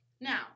now